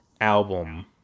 album